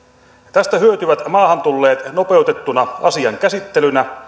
tästä hyötyvät maahan tulleet nopeutettuna asian käsittelynä